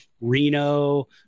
Reno